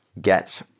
get